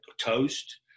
toast